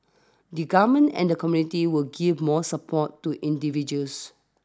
the Government and community will give more support to individuals